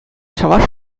чӑваш